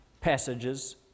passages